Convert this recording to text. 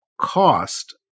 cost